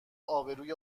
آبروی